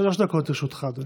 שלוש דקות לרשותך, אדוני.